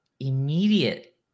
immediate